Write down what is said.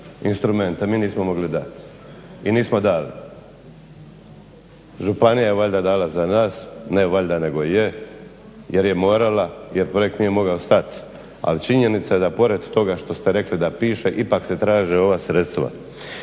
instrumente mi nismo mogli dati i nismo dali. Županija je valjda dala za nas, ne valjda nego je, jer je morala jer projekt nije mogao stati. Ali činjenica da pored toga što ste rekli da piše ipak se traže ova sredstva.